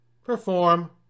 perform